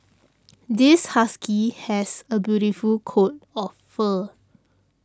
this husky has a beautiful coat of fur